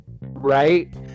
right